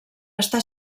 està